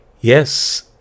Yes